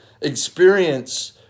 experience